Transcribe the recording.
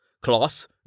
Class